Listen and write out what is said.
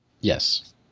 Yes